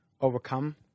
overcome